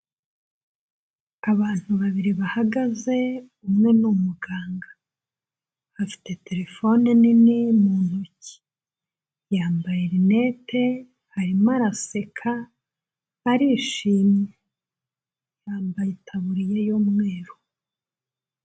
Abantu babiri bahagaze, umwe ni umuganga. Afite terefone nini mu ntoki. Yambaye rinete, arimo araseka, arishimye. Yambaye itaburiya y'umweru.